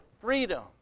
freedom